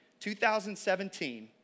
2017